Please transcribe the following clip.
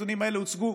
כי הנתונים האלה הוצגו